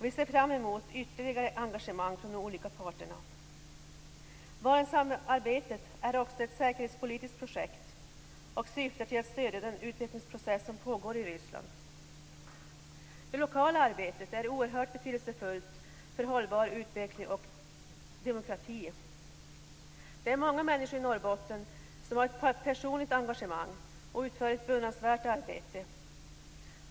Vi ser fram mot ytterligare engagemang från de olika parterna. Barentssamarbetet är också ett säkerhetspolitiskt projekt och syftar till att stödja den utvecklingsprocess som pågår i Ryssland. Det lokala arbetet är oerhört betydelsefullt för en hållbar utveckling och demokrati. Det är många människor i Norrbotten som har ett personligt engagemang och utför ett beundransvärt arbete.